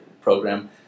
program